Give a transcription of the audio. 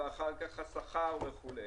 ואחר כך השכר וכולי.